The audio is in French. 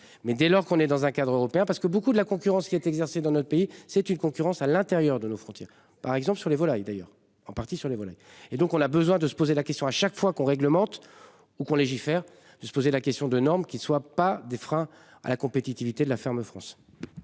mais dès lors qu'on est dans un cadre européen parce que beaucoup de la concurrence qui est exercée dans notre pays, c'est une concurrence à l'intérieur de nos frontières, par exemple sur les volailles d'ailleurs en partie sur les volets et donc on a besoin de se poser la question à chaque fois qu'on réglemente. Ou qu'on légifère juste poser la question de normes qui soit pas des freins à la compétitivité de la ferme France.